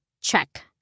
Check